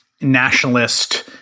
nationalist